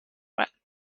red